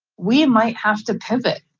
we might have to pivot.